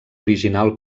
original